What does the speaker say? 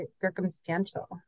Circumstantial